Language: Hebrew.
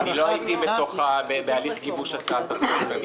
אני לא הייתי בהליך גיבוש הצעת החוק.